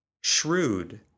shrewd